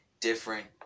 different